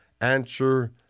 answer